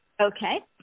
Okay